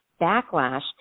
backlash